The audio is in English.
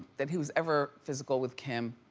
that he was ever physical with kim.